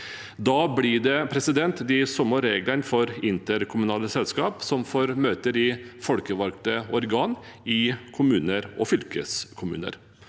Da blir det de samme reglene for interkommunale selskap som for møter i folkevalgte organ i kommuner og fylkeskommuner.